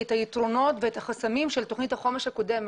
את היתרונות ואת החסמים של תוכנית החומש הקודמת.